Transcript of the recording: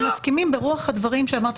אנחנו מסכימים ברוח הדברים שאמרת